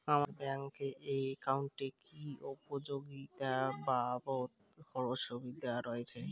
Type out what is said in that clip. আমার ব্যাংক এর একাউন্টে কি উপযোগিতা বাবদ খরচের সুবিধা রয়েছে?